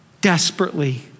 desperately